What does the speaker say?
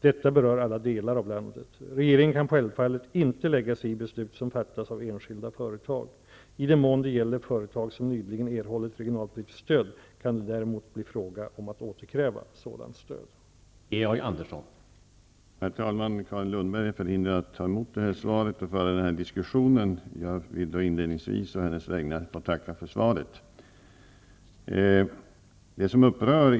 Detta berör alla delar av landet. Regeringen kan självfallet inte lägga sig i beslut som fattas av enskilda företag. I den mån det gäller företag som nyligen erhållit regionalpolitiskt stöd kan det däremot bli fråga om att återkräva sådant stöd.